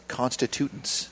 constituents